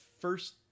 first